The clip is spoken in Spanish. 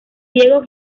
diego